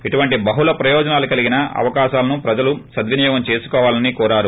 ఇటువంటి బహుళ ప్రయోజనాలు కలిగిన అవకాశాలను ప్రజలు సద్వినియోగం చేసుకోవాలని కోరారు